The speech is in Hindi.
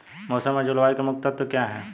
मौसम और जलवायु के मुख्य तत्व क्या हैं?